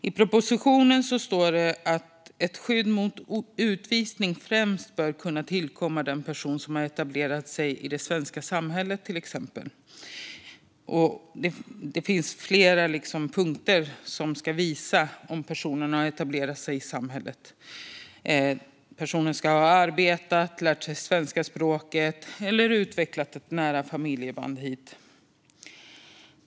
I propositionen står det att ett skydd mot utvisning främst bör kunna tillkomma personer som etablerat sig i det svenska samhället. Det finns flera punkter som ska visa om en person har etablerat sig i samhället. Personen ska ha arbetat här, ha lärt sig svenska språket eller ha utvecklat nära familjeband hit.